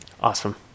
Awesome